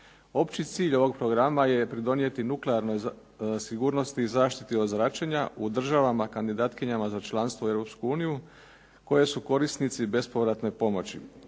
Opći cilj ovog programa je pridonijeti nuklearnoj sigurnosti i zaštiti od zračenja u državama kandidatkinjama za članstvo u Europsku uniju, koje su korisnici bespovratne pomoći.